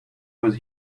was